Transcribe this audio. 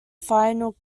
final